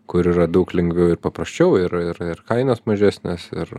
kur yra daug lengviau ir paprasčiau ir ir ir kainos ir mažesnės ir